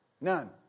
None